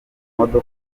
modoka